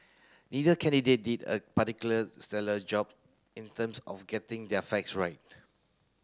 neither candidate did a particular stellar job in terms of getting their facts right